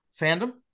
fandom